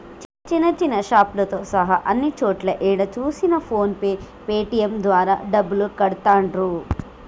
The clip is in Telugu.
చిన్న చిన్న షాపులతో సహా అన్ని చోట్లా ఏడ చూసినా ఫోన్ పే పేటీఎం ద్వారా డబ్బులు కడతాండ్రు